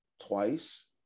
twice